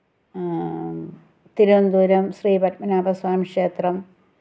തിരുവനന്തപുരം ശ്രീ പത്മനാഭ സ്വാമി ക്ഷേത്രം